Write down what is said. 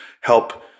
help